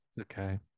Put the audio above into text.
Okay